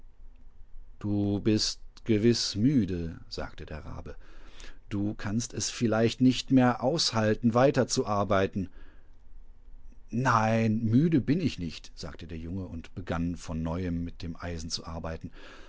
du bist gewiß müde sagte der rabe du kannst es vielleicht nicht mehr aushalten weiterzuarbeiten nein müdebinichnicht sagtederjunge und begann von neuem mit dem eisen zu